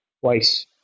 twice